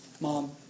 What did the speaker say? mom